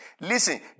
Listen